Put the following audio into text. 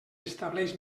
estableix